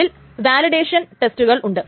ഇതിൽ വാലിഡേഷൻ ടെസ്റ്റുകൾ ഉണ്ട്